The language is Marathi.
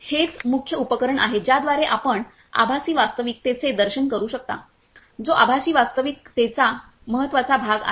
हेच मुख्य उपकरण आहे ज्याद्वारे आपण आभासी वास्तविकतेचे दर्शन करू शकता जो आभासी वास्तविक तेचा सर्वात महत्वाचा भाग आहे